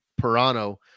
Pirano